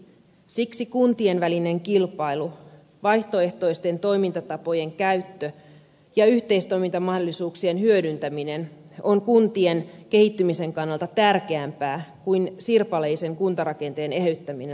siksi kuntien välinen kilpailu vaihtoehtoisten toimintatapojen käyttö ja yhteistoimintamahdollisuuksien hyödyntäminen on kuntien kehittymisen kannalta tärkeämpää kuin sirpaleisen kuntarakenteen eheyttäminen maaseudulla